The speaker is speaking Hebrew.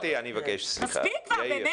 באמת, מספיק כבר.